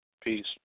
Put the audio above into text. Peace